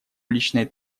уличной